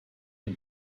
had